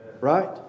right